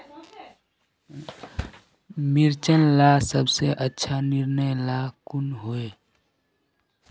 मिर्चन ला सबसे अच्छा निर्णय ला कुन होई?